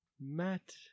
Matt